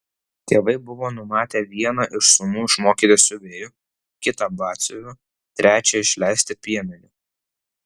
tėvai buvo numatę vieną iš sūnų išmokyti siuvėju kitą batsiuviu trečią išleisti piemeniu